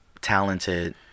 talented